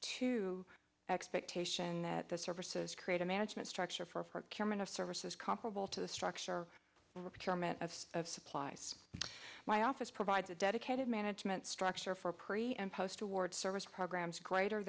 two expectation that the services create a management structure for carolina services comparable to the structure retirement of of supplies my office provides a dedicated management structure for pre and post award service programs greater